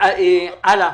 הלאה.